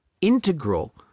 integral